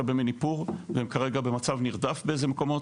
במניפור והם כרגע במצב נרדף בכמה מקומות.